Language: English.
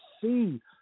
see